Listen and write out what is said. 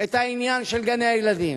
את העניין של גני-הילדים.